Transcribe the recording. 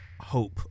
hope